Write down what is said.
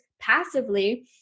passively